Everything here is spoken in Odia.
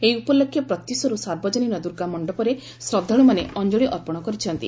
ଏହି ଉପଲକ୍ଷେ ପ୍ରତ୍ୟୁଷରୁ ସାର୍ବଜନୀନ ଦୁର୍ଗାମଣ୍ଡପରେ ଶ୍ରଦ୍ଧାଳୁମାନେ ଅଞ୍ଜଳି ଅର୍ପଣ କରିଛନ୍ତି